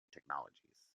technologies